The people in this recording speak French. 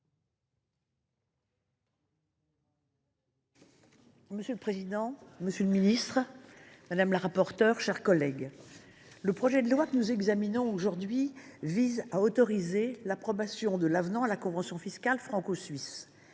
Monsieur le président, monsieur le ministre, mes chers collègues, le projet de loi que nous examinons aujourd’hui vise à autoriser l’approbation de l’avenant à la convention fiscale franco suisse.